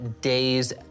day's